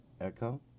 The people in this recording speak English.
Echo